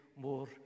more